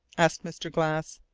asked mr. glass.